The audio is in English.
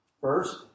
First